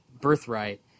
birthright